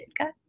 okay